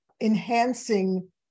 enhancing